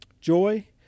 joy